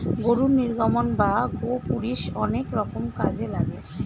গরুর নির্গমন বা গোপুরীষ অনেক রকম কাজে লাগে